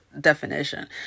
definition